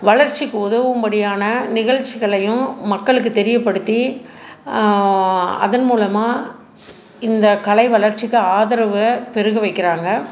வளர்ச்சிக்கு உதவும் படியான நிகழ்ச்சிகளையும் மக்களுக்கு தெரியப்படுத்தி அதன் மூலமாக இந்த கலை வளர்ச்சிக்கு ஆதரவு பெருகவைக்கிறாங்க